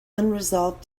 unresolved